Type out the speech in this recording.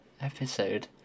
episode